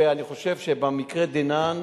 ואני חושב שבמקרה דנן,